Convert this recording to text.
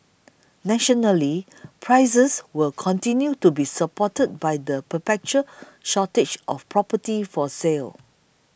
nationally prices will continue to be supported by the perpetual shortage of property for sale